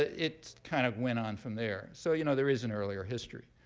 it kind of went on from there. so you know there is an earlier history.